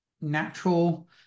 natural